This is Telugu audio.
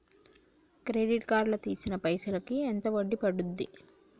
క్రెడిట్ కార్డ్ లా తీసిన పైసల్ కి ఎంత వడ్డీ పండుద్ధి?